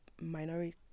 minority